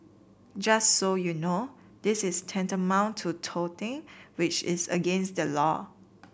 just so you know this is tantamount to touting which is against the law